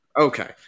okay